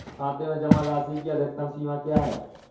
खाते में जमा राशि की अधिकतम सीमा क्या है?